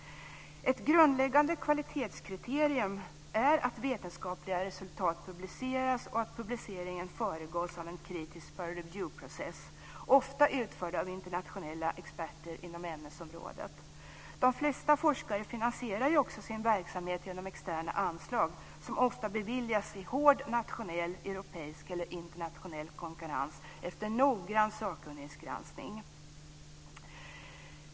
Ett grundläggande kvalitetskriterium är att vetenskapliga resultat publiceras och att publiceringen föregås av en kritisk s.k. peer review-process ofta utförd av internationella experter inom ämnesområdet. De flesta forskare finansierar ju också sin verksamhet genom externa anslag som ofta beviljas i hård nationell, europeisk eller internationell konkurrens efter noggrann sakkunnighetsgranskning.